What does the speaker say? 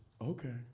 okay